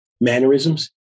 mannerisms